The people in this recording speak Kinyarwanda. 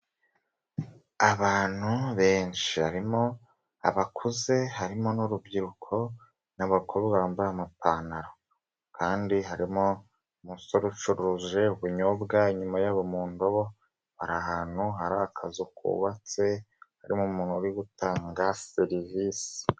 Abantu benshi harimo abakuze harimo n'urubyiruko n'abakuru bambaye amapantaro, kandi harimo umusore ucuruje ubunyobwa inyuma yabo mu ndobo bari ahantu hari akazu kubabatse harimo umuntu uri gutanga serivisi.